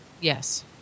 Yes